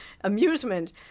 amusement